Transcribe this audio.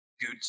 good